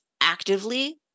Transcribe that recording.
actively